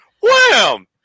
wham